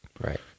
right